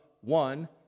one